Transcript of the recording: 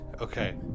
Okay